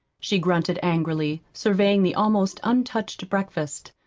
she grunted angrily, surveying the almost untouched breakfast.